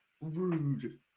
rude